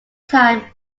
time